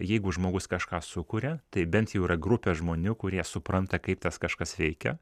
jeigu žmogus kažką sukuria tai bent jau yra grupė žmonių kurie supranta kaip tas kažkas veikia